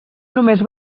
només